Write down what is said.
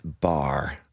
bar